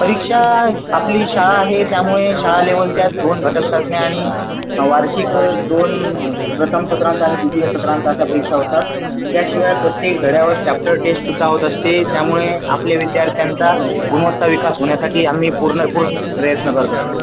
परीक्षा आपली शाळा आहे त्यामुळे शाळा लेव्हलच्या दोन घटक चाचण्या आणि वार्षिक दोन प्रथम सत्रांच्या आणि द्वितीय सत्रांच्या अशा परीक्षा होतात त्याशिवाय प्रत्येक धड्यावर चाप्टर टेस्टसुद्धा होत असते त्यामुळे आपले विद्यार्थ्यांचा गुणवत्ता विकास होण्यासाठी आम्ही पूर्ण पूर्ण प्रयत्न करत असतो